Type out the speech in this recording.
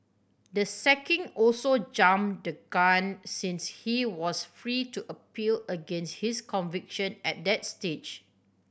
the sacking also jumped the gun since he was free to appeal against his conviction at that stage